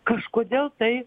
kažkodėl tai